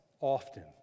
often